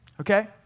okay